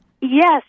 Yes